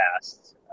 past